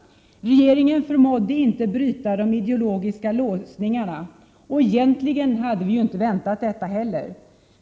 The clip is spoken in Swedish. Regeringen förmådde inte bryta de ideologiska låsningarna. Och egentligen hade vi inte väntat det heller.